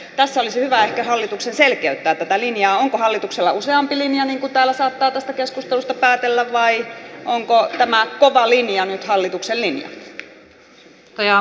tässä olisi hyvä ehkä hallituksen selkeyttää tätä linjaa onko hallituksella useampi linja niin kuin täällä saattaa tästä keskustelusta päätellä vai onko tämä kova linja nyt hallituksen linja